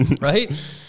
Right